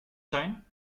zijn